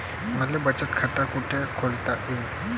मले बचत खाते कुठ खोलता येईन?